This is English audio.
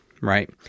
right